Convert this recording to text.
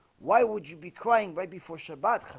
why would you be crying right before shabbat?